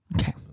Okay